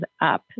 up